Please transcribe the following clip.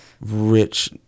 rich